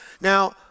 Now